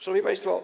Szanowni Państwo!